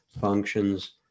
functions